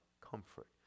comfort